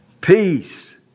peace